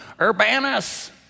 Urbanus